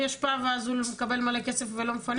אשפה ואז הוא מקבל מלא כסף ולא מפנה?